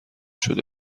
شده